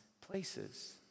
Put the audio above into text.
places